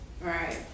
Right